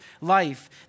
life